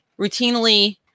routinely